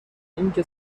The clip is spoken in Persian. اینکه